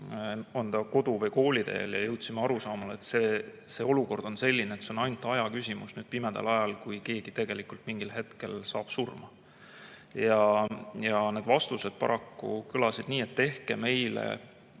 olgu kodu- või kooliteel, ning jõudsime arusaamale, et olukord on selline, et on ainult aja küsimus, pimedal ajal, kui keegi tegelikult mingil hetkel saab surma. Ja need vastused paraku kõlasid nii, et tehke meile